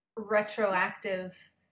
retroactive